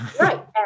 Right